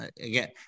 Again